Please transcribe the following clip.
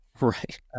Right